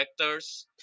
vectors